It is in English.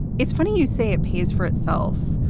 it's funny you say it pays for itself.